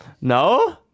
No